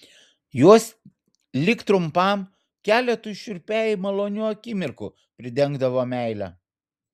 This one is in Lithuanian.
juos lik trumpam keletui šiurpiai malonių akimirkų pridengdavo meile